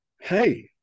Hey